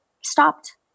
stopped